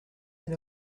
and